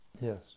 yes